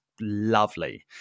lovely